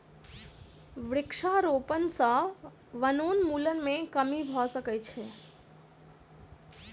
वृक्षारोपण सॅ वनोन्मूलन मे कमी भ सकै छै